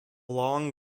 long